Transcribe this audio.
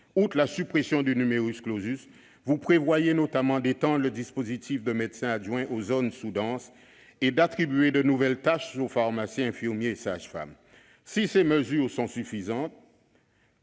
outre la « suppression » du, vous prévoyez notamment d'étendre le dispositif de médecin adjoint aux zones sous-denses et d'attribuer de nouvelles tâches aux pharmaciens, aux infirmiers et aux sages-femmes. Si ces mesures sont satisfaisantes,